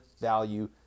value